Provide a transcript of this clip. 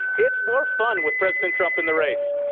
it's more fun with president trump in the race.